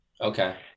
Okay